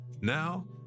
Now